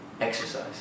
exercise